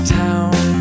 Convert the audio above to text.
town